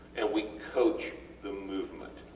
and we coach the movement,